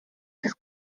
this